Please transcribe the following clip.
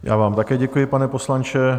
Já vám také děkuji, pane poslanče.